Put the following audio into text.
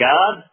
God